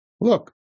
Look